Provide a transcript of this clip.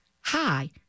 Hi